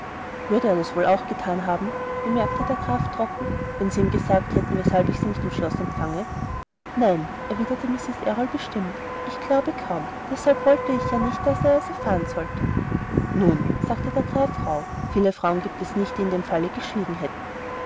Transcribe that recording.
würde er das wohl auch gethan haben bemerkte der graf trocken wenn sie ihm gesagt hätten weshalb ich sie nicht im schlosse empfange nein erwiderte mrs errol bestimmt ich glaube kaum deshalb wollte ich ja nicht daß er es erfahren sollte nun sagte der graf rauh viele frauen gibt es nicht die in dem falle geschwiegen hätten